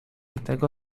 tego